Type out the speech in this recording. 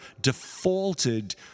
defaulted